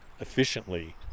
efficiently